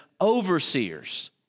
overseers